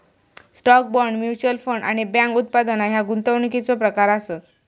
stock, bond, mutual fund आणि bank उत्पादना ह्या गुंतवणुकीचो प्रकार आसत